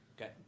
Okay